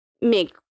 make